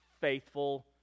faithful